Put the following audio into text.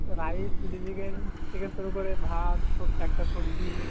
rice chilli chicken থেকে শুরু করে ভাত একটা সবজি